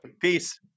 Peace